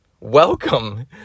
Welcome